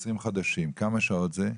במשך 20 חודשים, כמה שעות זה?